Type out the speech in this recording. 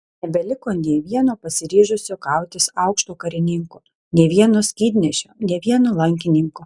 nebeliko nė vieno pasiryžusio kautis aukšto karininko nė vieno skydnešio nė vieno lankininko